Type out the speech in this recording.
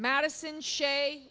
madison shay